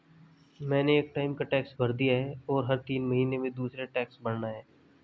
मैंने एक टाइम का टैक्स भर दिया है, और हर तीन महीने में दूसरे टैक्स भरना है